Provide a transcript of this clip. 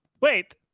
Wait